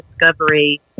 discovery